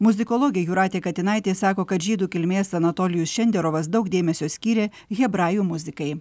muzikologė jūratė katinaitė sako kad žydų kilmės anatolijus šenderovas daug dėmesio skyrė hebrajų muzikai